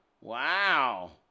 Wow